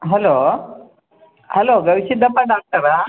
hello hello Gavisiddappa ಡಾಕ್ಟರಾ